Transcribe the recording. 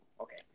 Okay